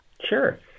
Sure